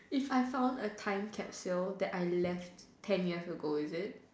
if I found a time capsule that I left turn years ago is it